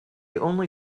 only